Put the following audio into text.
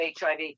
HIV